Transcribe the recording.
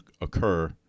occur